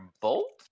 bolt